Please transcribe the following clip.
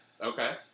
Okay